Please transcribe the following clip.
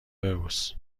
ببوس